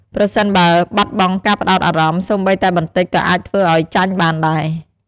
ប្រសិនបើបាត់បង់ការផ្តោតអារម្មណ៍ សូម្បីតែបន្តិចក៏អាចធ្វើឲ្យចាញ់បានដែរ។